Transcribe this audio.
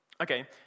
Okay